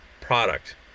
product